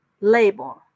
label